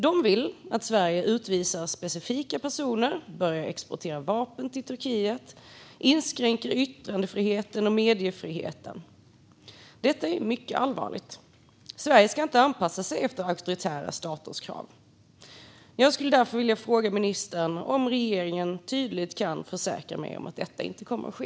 De vill att Sverige ska utvisa specifika personer, börja exportera vapen till Turkiet och inskränka yttrandefriheten och mediefriheten. Detta är mycket allvarligt. Sverige ska inte anpassa sig efter auktoritära staters krav. Jag skulle därför vilja fråga ministern om regeringen tydligt kan försäkra mig om att detta inte kommer att ske.